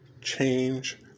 change